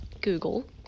Google